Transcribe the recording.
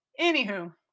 Anywho